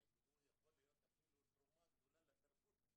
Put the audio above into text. אני רוצה להודות לחבר הכנסת ניבין אבו רחמון על ההצעה לדיון מהיר.